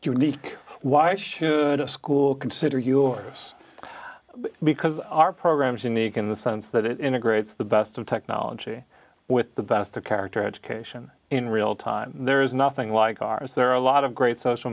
unique why should a school consider yours because our programs in the can the sense that it integrates the best of technology with the best of character education in real time there is nothing like ours there are a lot of great social